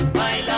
by